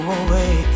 away